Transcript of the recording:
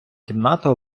кімната